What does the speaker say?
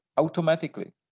Automatically